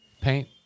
paint